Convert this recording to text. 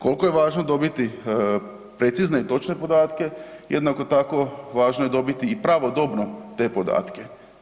Koliko je važno dobiti precizne i točne podatke, jednako tako, važno je dobiti i pravodobno te podatke.